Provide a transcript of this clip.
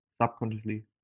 subconsciously